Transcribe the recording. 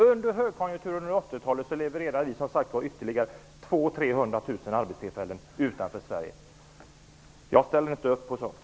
Under högkonjunkturen på 80-talet levererade vi som sagt ytterligare 200 000--300 000 arbetstillfällen till länder utanför Sverige. Jag ställer inte upp på detta.